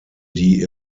die